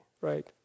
right